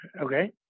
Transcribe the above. Okay